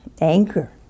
anchor